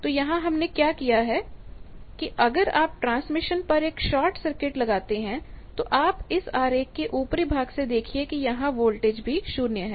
तो यहां हमने क्या किया है कि अगर आप टर्मिनेशन पर एक शॉर्ट सर्किट लगाते हैं तो आप इस आरेख के ऊपरी भाग से देखिए कि यहां वोल्टेज भी 0 है